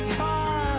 car